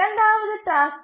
இரண்டாவது டாஸ்க்கிற்கும் 0